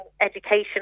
education